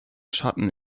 schatten